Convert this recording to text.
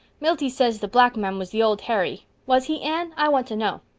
milty says the black man was the old harry. was he, anne, i want to know.